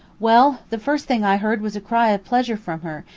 well, the first thing i heard was a cry of pleasure from her,